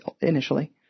initially